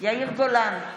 יאיר גולן,